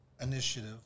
initiative